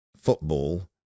football